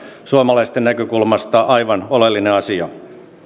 suomalaisten näkökulmasta aivan oleellinen asia